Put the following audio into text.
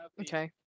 Okay